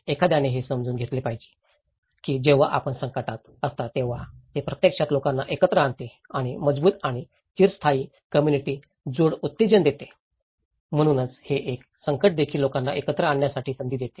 एखाद्याने हे समजून घेतले पाहिजे की जेव्हा आपण संकटात असता तेव्हा ते प्रत्यक्षात लोकांना एकत्र आणते आणि मजबूत आणि चिरस्थायी कॉम्युनिटी जोड उत्तेजन देते म्हणूनच हे एक संकट देखील लोकांना एकत्र आणण्याची संधी देते